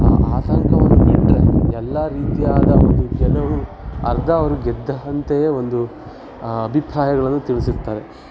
ಆ ಆತಂಕವನ್ನು ಬಿಟ್ಟರೆ ಎಲ್ಲ ರೀತಿಯಾದ ಒಂದು ಗೆಲವು ಅರ್ಧ ಅವರು ಗೆದ್ದ ಅಂತೆಯೇ ಒಂದು ಅಭಿಪ್ರಾಯಗಳನ್ನು ತಿಳಿಸಿರ್ತಾರೆ